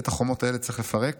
"את החומות האלה צריך לפרק